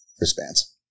wristbands